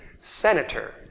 Senator